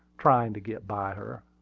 trying to get by her.